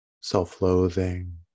self-loathing